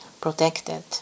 protected